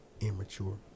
immature